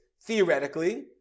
theoretically